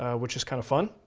which is kind of fun.